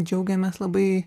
džiaugiamės labai